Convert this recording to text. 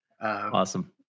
awesome